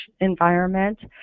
environment